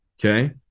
Okay